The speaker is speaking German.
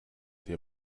der